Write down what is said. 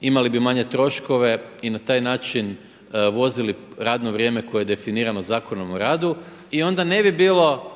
imali bi manje troškove i na taj način vozili radno vrijeme koje je definirano Zakonom o radu. I onda ne bi bilo